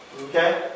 Okay